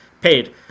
paid